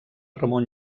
ramon